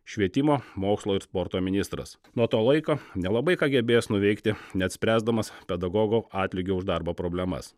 švietimo mokslo ir sporto ministras nuo to laiko nelabai ką gebės nuveikti net spręsdamas pedagogo atlygio už darbą problemas